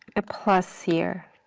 a plus here.